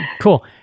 Cool